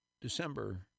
December